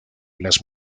las